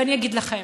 ואני אגיד לכם: